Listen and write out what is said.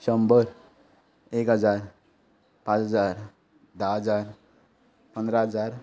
शंबर एक हजार पांच हजार धा हजार पंदरा हजार